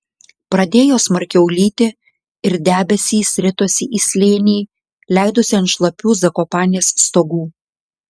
pradėjo smarkiau lyti ir debesys ritosi į slėnį leidosi ant šlapių zakopanės stogų